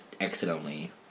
accidentally